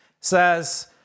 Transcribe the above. says